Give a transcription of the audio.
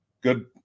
good